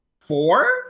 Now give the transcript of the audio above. four